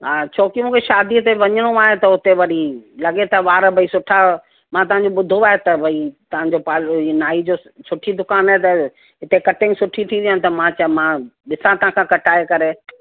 हा छो की मूंखे शादीअ ते वञिणो आहे त उते वरी लॻे त वार भई सुठा मां तव्हांजो ॿुधो आहे त भई तव्हांजो पार्लर इहो नाई जो सुठी दुकान आहे त इते कटिंग सुठी थी वेंदी त मां चयो त मां ॾिसां तव्हां खां कटाए करे